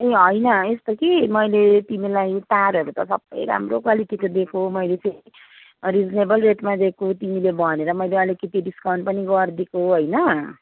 ए होइन यस्तो कि मैले तिमीलाई तारहरू त सबै राम्रो क्वालिटीको दिएको मैले फेरि रिजनेबल रेटमा दिएको तिमीले भनेर मैले अलिकति डिस्काउन्ट पनि गरिदिएको होइन